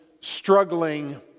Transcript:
struggling